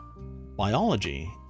biology